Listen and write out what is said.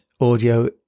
audio